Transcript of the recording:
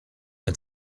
and